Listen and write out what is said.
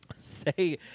Say